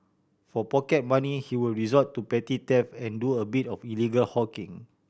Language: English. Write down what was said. for pocket money he would resort to petty theft and do a bit of illegal hawking